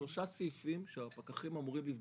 שלושה סעיפים שהפקחים אמורים לבדוק,